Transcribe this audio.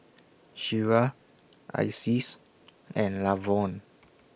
Shira Isis and Lavonne